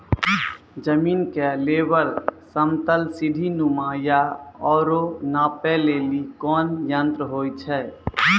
जमीन के लेवल समतल सीढी नुमा या औरो नापै लेली कोन यंत्र होय छै?